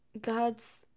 God's